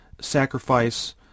sacrifice